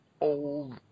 old